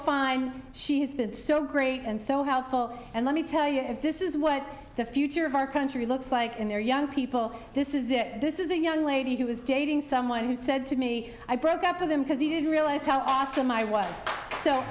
so she has been so great and so helpful and let me tell you if this is what the future of our country looks like in their young people this is it this is a young lady who was dating someone who said to me i broke up with him because he didn't realize how awesome i was so